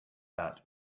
that